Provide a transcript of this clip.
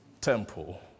temple